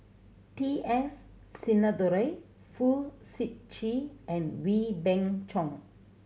T S Sinnathuray Fong Sip Chee and Wee Beng Chong